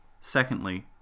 Secondly